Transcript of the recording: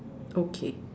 okay